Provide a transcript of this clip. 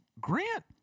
Grant